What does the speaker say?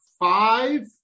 Five